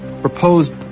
proposed